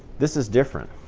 this is different.